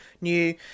new